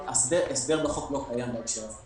ההסדר בחוק לא קיים בהקשר הזה.